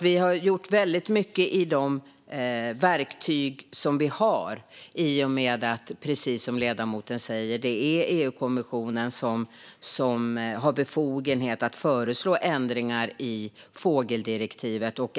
Vi har gjort väldigt mycket med de verktyg som vi har i och med att det, precis som ledamoten säger, är EU-kommissionen som har befogenhet att föreslå ändringar i fågeldirektivet.